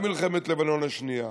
גם מלחמת לבנון השנייה